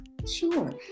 Sure